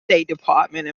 department